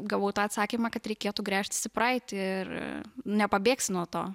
gavau tą atsakymą kad reikėtų gręžtis į praeitį ir nepabėgsi nuo to